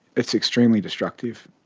it's extremely destructive.